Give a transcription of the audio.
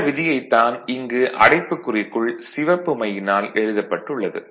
இந்த விதியைத் தான் இங்கு அடைப்புக்குறிக்குள் சிவப்பு மையினால் எழுதப்பட்டுள்ளது